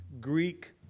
Greek